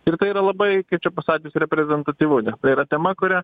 ir tai yra labai kaip čia pasakius reprezentatyvu nes tai yra tema kuria